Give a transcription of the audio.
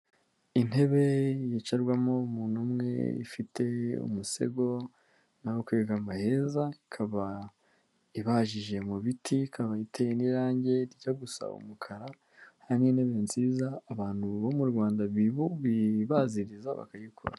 Intebe yicarwamo umuntu umwe, ifite umusego n'aho kwegama heza, ikaba ibajije mu biti ikaba iteye n'irangi rijya gusa umukara, hari n'intebe nziza, abantu baba mu Rwanda bibaziriza bakayikora.